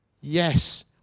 yes